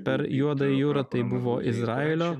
per juodąją jūrą tai buvo izraelio